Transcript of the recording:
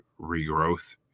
regrowth